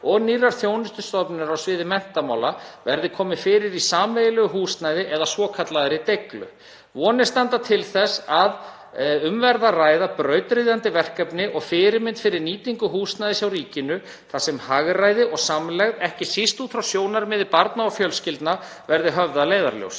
og nýrrar þjónustustofnunar á sviði menntamála verður komið fyrir í sameiginlegu húsnæði eða svokallaðri Deiglu. Vonir standa til þess að um verði að ræða brautryðjandi verkefni og fyrirmynd fyrir nýtingu húsnæðis hjá ríkinu þar sem hagræði og samlegð, ekki síst út frá sjónarmiði barna og fjölskyldna, verði höfð að leiðarljósi.